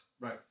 Right